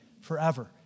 Forever